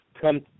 come